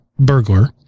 burglar